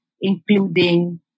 including